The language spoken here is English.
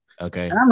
Okay